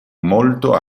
molto